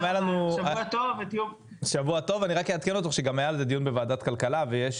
אני אעדכן אותך שהיה על זה דיון בוועדת הכלכלה ויש